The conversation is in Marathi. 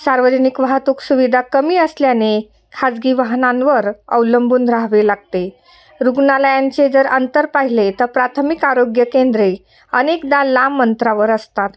सार्वजनिक वाहतूक सुविधा कमी असल्याने खाजगी वाहनांवर अवलंबून राहावे लागते रुग्णालयांचे जर अंतर पाहिले तर प्राथमिक आरोग्य केंद्रे अनेकदा लांब अंतरावर असतात